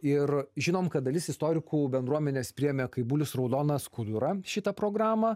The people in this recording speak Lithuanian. ir žinom kad dalis istorikų bendruomenės priėmė kaip bulius raudoną skudurą šitą programą